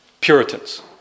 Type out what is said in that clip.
Puritans